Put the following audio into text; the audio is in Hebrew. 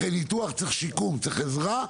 אחרי ניתוח, צריך שיקום ועזרה.